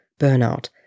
Burnout